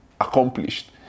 accomplished